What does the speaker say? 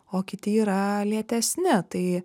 o kiti yra lėtesni tai